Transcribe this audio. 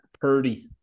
Purdy